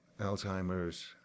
Alzheimer's